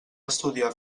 estudiar